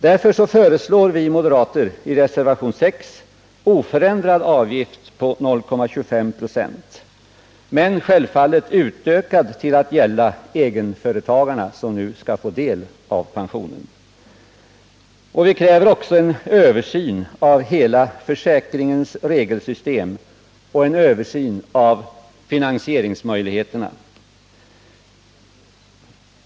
Därför föreslår vi moderater i reservationen 6 oförändrad avgift med 0,25 96, men självfallet utökad till att gälla även egenföretagarna, som nu skall få del av delpensionen. Vi behöver också en översyn av hela försäkringens regelsystem och en översyn av finansieringsmöjligheterna.